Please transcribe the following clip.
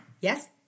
Yes